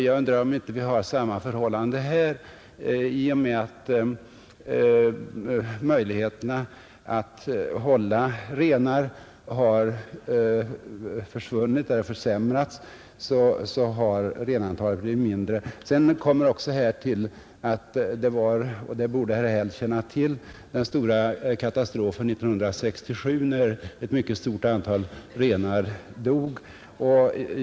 Jag undrar om inte samma förhållande råder här: I och med att möjligheterna att hålla renar har försvunnit eller försämrats har renantalet blivit mindre. Härtill kommer, och det borde herr Häll känna till, den stora katastrofen 1967 när ett mycket stort antal renar dog.